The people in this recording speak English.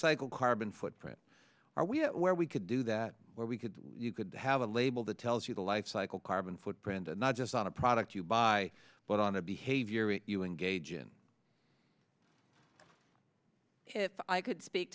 lifecycle carbon footprint are we where we could do that where we could you could have a label that tells you the lifecycle carbon footprint and not just on a product you buy but on the behavior you engage in if i could speak